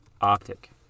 Optic